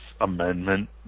amendment